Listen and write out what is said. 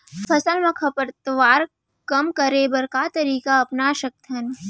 फसल मा खरपतवार कम करे बर का तरीका अपना सकत हन?